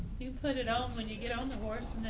you put it off when you get on the